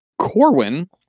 Corwin